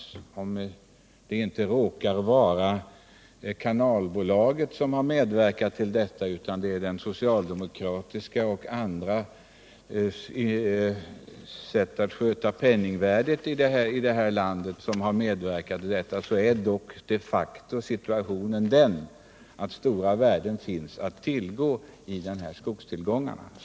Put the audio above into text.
Om det inte råkar vara kanalbolaget som har medverkat till detta utan det är socialdemokraternas och andras sätt att sköta penningvärdet i landet som har medverkat till det, så är dock de facto situationen den att stora värden finns i skogstillgångarna.